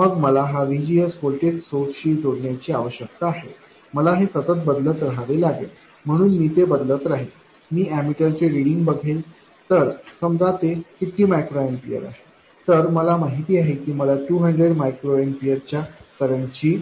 मग मला हा VGSव्होल्टेज सोर्स शी जोडण्याची आवश्यकता आहे मला हे सतत बदलत रहावे लागेल म्हणून मी ते बदलत राहीन मी अॅममीटर चे रीडिंग बघेल तर समजा ते 50 मायक्रो एम्पीयर आहे तर मला माहित आहे की मला 200 मायक्रो एम्पीयर च्या करंटची